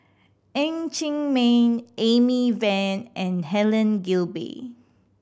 Ng Chee Meng Amy Van and Helen Gilbey